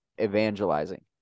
evangelizing